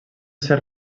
ser